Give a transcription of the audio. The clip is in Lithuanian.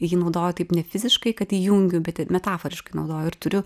jį naudoja taip nefiziškai kad įjungiu bet metaforiškai naudoju ir turiu